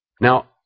Now